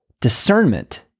discernment